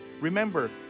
Remember